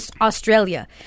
Australia